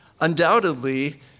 Undoubtedly